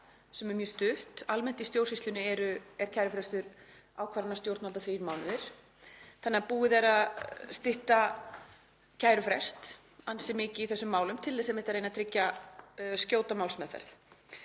sem er mjög stutt. Almennt í stjórnsýslunni er kærufrestur ákvarðana stjórnvalda þrír mánuðir, þannig að búið er að stytta kærufrest ansi mikið í þessum málum til þess einmitt að reyna að tryggja skjóta málsmeðferð.